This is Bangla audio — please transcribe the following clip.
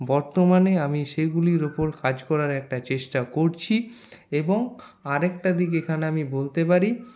বর্তমানে আমি সেগুলির উপর কাজ করার একটা চেষ্টা করছি এবং আর একটা দিক এখানে আমি বলতে পারি